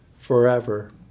forever